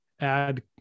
add